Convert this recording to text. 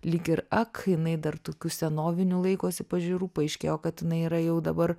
lyg ir ak jinai dar tokių senovinių laikosi pažiūrų paaiškėjo kad jinai yra jau dabar